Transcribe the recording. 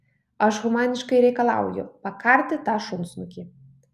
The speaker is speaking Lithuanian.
aš humaniškai reikalauju pakarti tą šunsnukį